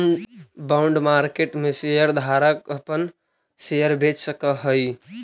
bond market में share धारक अपना शेयर बेच सकऽ हई